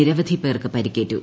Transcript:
നിരവധി പേർക്ക് പരിക്കേറ്റു